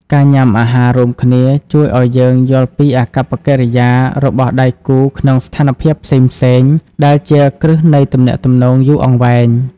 ការញ៉ាំអាហាររួមគ្នាជួយឱ្យយើងយល់ពីអាកប្បកិរិយារបស់ដៃគូក្នុងស្ថានភាពផ្សេងៗ ដែលជាគ្រឹះនៃទំនាក់ទំនងយូរអង្វែង។